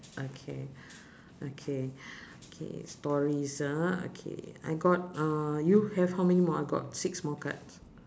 okay okay okay stories ah okay I got uh you have how many more I got six more cards